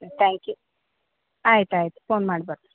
thank you ಆಯ್ತು ಆಯಿತು phone ಮಾಡಿ ಬರ್ತೀವಿ